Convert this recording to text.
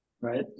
right